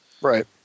Right